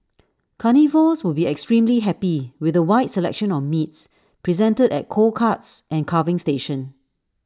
carnivores would be extremely happy with A wide selection of meats presented at cold cuts and carving station